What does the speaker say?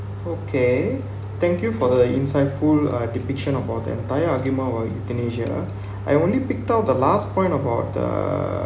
okay thank you for the insightful uh depiction of the entire argument about euthanasia I only picked up the last point about the